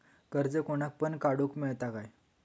कर्ज कोणाक पण काडूक मेलता काय?